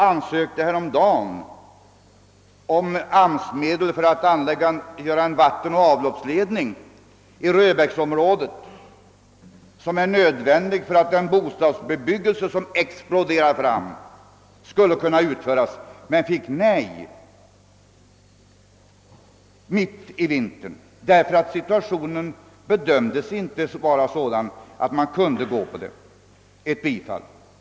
Det hade ansökts om AMS-medel för att anlägga vattenoch avloppsledningar i röbäcksområdet, som är nödvändigt för att den bostadsbebyggelse som där exploderar fram skulle kunna utföras, men det blev nej — därför att arbetsmarknadsförhållandena = bedömdes vara sådana att de icke motiverade beredskapsarbete. Det var dock fråga om vinterarbete.